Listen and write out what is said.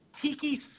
Tiki